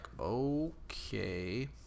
okay